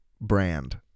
brand